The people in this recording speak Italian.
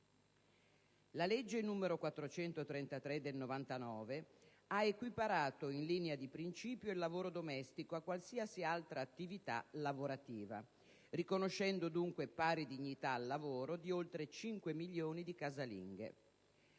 La legge n. 433 del 1999 ha equiparato, in linea di principio, il lavoro domestico a qualsiasi altra attività lavorativa, riconoscendo dunque pari dignità al lavoro di oltre cinque milioni di casalinghe.